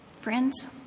Friends